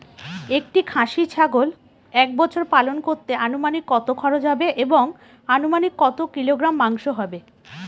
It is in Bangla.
একটি খাসি ছাগল এক বছর পালন করতে অনুমানিক কত খরচ হবে এবং অনুমানিক কত কিলোগ্রাম মাংস হবে?